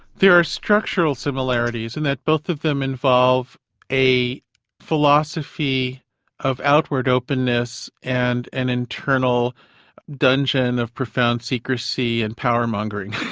there are structural similarities in that both of them involve a philosophy of outward openness and an internal dungeon of profound secrecy and power-mongering.